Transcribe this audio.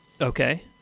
Okay